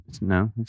no